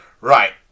Right